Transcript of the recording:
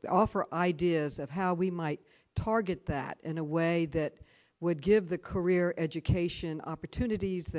to offer ideas of how we might target that in a way that would give the career education opportunities